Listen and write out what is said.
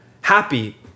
happy